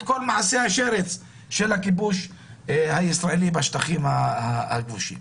כל מעשי השרץ של הכיבוש הישראלי בשטחים הכבושים.